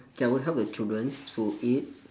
okay I will help the children to eat